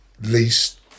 least